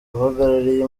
uhagarariye